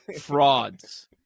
frauds